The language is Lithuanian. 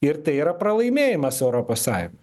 ir tai yra pralaimėjimas europos sąjun